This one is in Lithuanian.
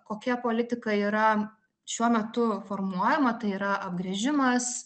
kokia politika yra šiuo metu formuojama tai yra apgręžimas